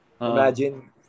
Imagine